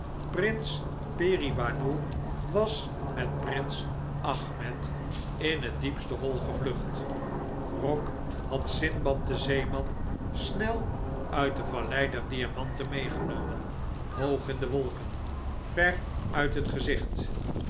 prins peribanou was met prins ahmed in het diepste hoi gevlucht roc had sindbad den zeeman snel uit de vallei der diamanten meegenomen hoog in de wolken ver uit het gezicht